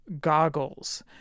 goggles